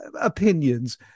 opinions